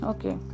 Okay